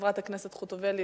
חברת הכנסת חוטובלי.